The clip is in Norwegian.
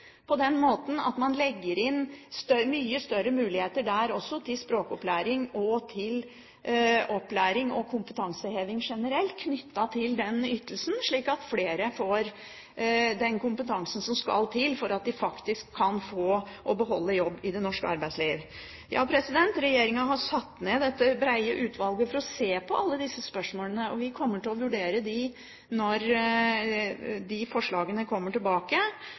måten at man legger inn mye større muligheter til språkopplæring og til opplæring og kompetanseheving generelt, slik at flere får den kompetansen som skal til for at de faktisk kan få og beholde jobb i det norske arbeidsliv. Regjeringen har satt ned dette brede utvalget for å se på alle disse spørsmålene, og vi kommer til å vurdere dem når forslagene kommer tilbake.